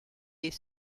est